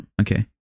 Okay